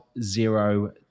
zero